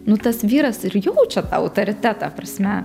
nu tas vyras ir jaučia tą autoritetą prasme